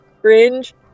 cringe